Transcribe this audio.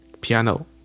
piano